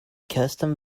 custom